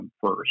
first